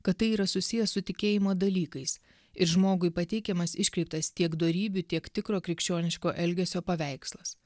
kad tai yra susiję su tikėjimo dalykais ir žmogui pateikiamas iškreiptas tiek dorybių tiek tikro krikščioniško elgesio paveikslas